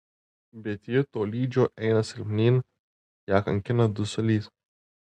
bet ji tolydžio eina silpnyn ją kankina dusulys